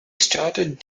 started